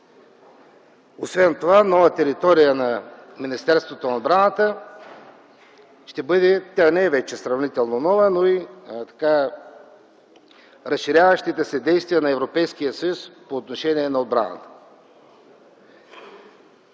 Освен това нова територия на Министерството на отбраната – тя не е вече сравнително нова, ще бъдат разширяващите се действия на Европейския съюз по отношение на отбраната.